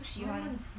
不喜欢